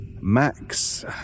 Max